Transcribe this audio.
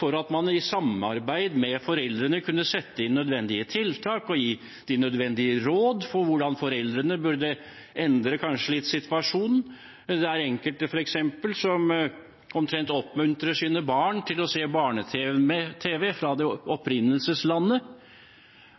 for at man i samarbeid med foreldrene kunne sette inn nødvendige tiltak og gi de nødvendige råd for hvordan foreldrene kanskje burde endre situasjonen litt. Det er enkelte som f.eks. omtrent oppmuntrer sine barn til å se barne-tv fra opprinnelseslandet